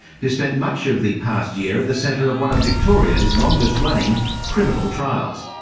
who spent much of the past year at the centre of one of victoria's longest running criminal trials.